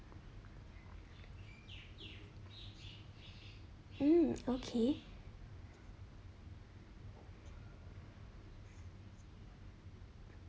mm okay